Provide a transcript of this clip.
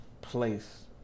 place